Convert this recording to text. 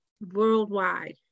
worldwide